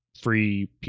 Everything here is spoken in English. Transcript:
free